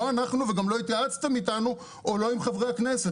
לא אנחנו וגם לא התייעצתם איתנו וגם לא עם חברי הכנסת.